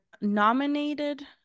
nominated